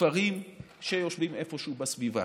כפרים שיושבים איפשהו בסביבה